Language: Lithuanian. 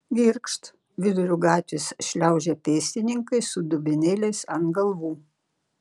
girgžt viduriu gatvės šliaužia pėstininkai su dubenėliais ant galvų